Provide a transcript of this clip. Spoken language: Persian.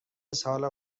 اسهال